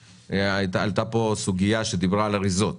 עלתה פה סוגיה שדיברה גם על אריזות.